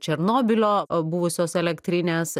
černobylio buvusios elektrinės